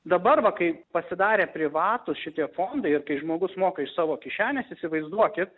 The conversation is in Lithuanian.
dabar va kai pasidarė privatūs šitie fondai ir kai žmogus moka iš savo kišenės įsivaizduokit